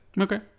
Okay